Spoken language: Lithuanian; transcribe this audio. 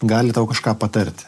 gali tau kažką patarti